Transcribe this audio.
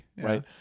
right